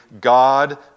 God